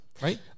Right